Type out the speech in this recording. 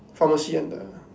pharmacy and the